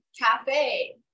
cafe